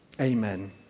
Amen